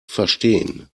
verstehen